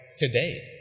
today